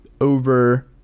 over